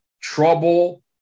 trouble